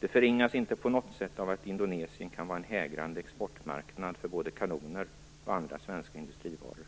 Det förringas inte på något sätt av att Indonesien kan vara en hägrande exportmarknad för både kanoner och andra svenska industrivaror.